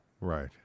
Right